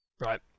Right